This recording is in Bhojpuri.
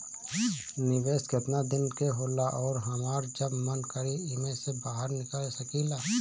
निवेस केतना दिन के होला अउर हमार जब मन करि एमे से बहार निकल सकिला?